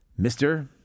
Mr